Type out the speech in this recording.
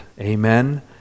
amen